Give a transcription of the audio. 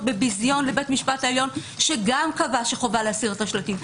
בביזיון לבית משפט העליון שגם קבע שחובה להסיר את השלטים.